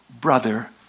brother